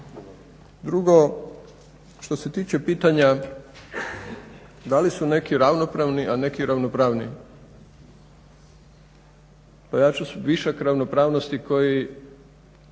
Drugo, što se tiče pitanja da li su neki ravnopravni a neki ravnopravniji, a ja ću višak ravnopravnosti koji